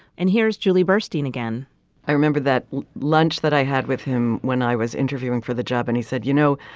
and here's julie burstein again i remember that lunch that i had with him when i was interviewing for the job. and he said, you know,